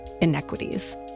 inequities